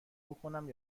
بکـنم